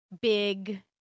big